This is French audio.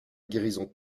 guérison